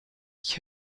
ich